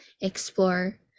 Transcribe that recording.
explore